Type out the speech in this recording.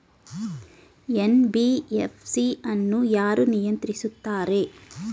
NBFC ಅನ್ನು ಯಾರು ನಿಯಂತ್ರಿಸುತ್ತಾರೆ?